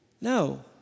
No